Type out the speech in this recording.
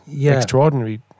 extraordinary